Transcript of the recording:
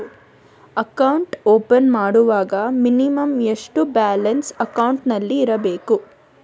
Account open ಮಾಡುವಾಗ minimum ಎಷ್ಟು balance ಅಕೌಂಟಿನಲ್ಲಿ ಇರಬೇಕು?